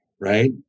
right